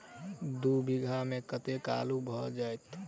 दु बीघा मे कतेक आलु भऽ जेतय?